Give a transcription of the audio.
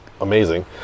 amazing